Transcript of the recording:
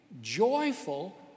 joyful